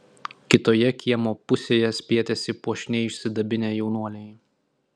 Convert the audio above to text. kitoje kiemo pusėje spietėsi puošniai išsidabinę jaunuoliai